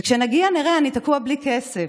כשנגיע נראה, אני תקוע בלי כסף.